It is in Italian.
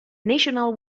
national